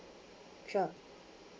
sure